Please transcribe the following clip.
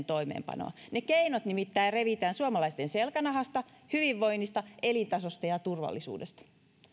toimeenpanoa ne keinot nimittäin revitään suomalaisten selkänahasta hyvinvoinnista elintasosta ja ja turvallisuudesta